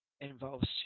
involves